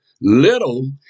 little